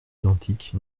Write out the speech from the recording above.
identiques